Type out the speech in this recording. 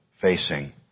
facing